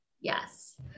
Yes